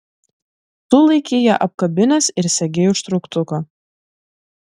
tu laikei ją apkabinęs ir segei užtrauktuką